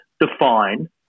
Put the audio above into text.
define